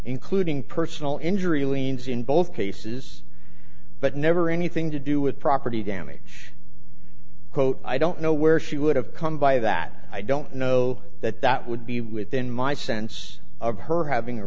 including personal injury liens in both cases but never anything to do with property damage quote i don't know where she would have come by that i don't know that that would be within my sense of her having a